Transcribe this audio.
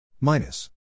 Minus